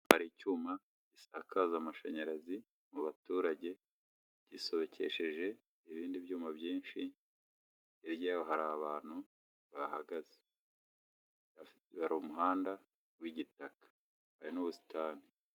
Hari icyima gisakaza amashanyarazi mu baturage gisobekesheje ibindi byuma byinshi, hirya y'aho hari abantu bahagaze, hari umuhanda w'igitaka n'ubusitani.